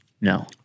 no